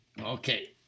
Okay